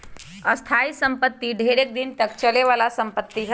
स्थाइ सम्पति ढेरेक दिन तक चले बला संपत्ति हइ